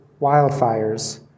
wildfires